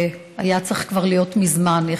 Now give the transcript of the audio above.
והיה צריך להיות כבר מזמן.